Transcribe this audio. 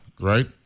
right